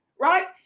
right